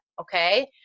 okay